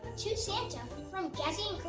to santa. um from from jazzy